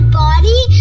body